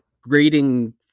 grading